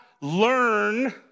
learn